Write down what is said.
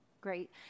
Great